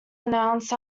announced